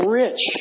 rich